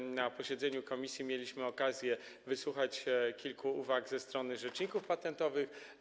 Także na posiedzeniu komisji mieliśmy okazję wysłuchać kilku uwag ze strony rzeczników patentowych.